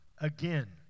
again